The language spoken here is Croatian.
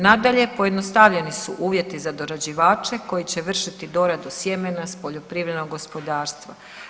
Nadalje, pojednostavljeni su uvjeti za dorađivače koji će vršiti doradu sjemena s poljoprivrednog gospodarstva.